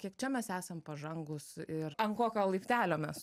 kiek čia mes esam pažangūs ir ant kokio laiptelio mes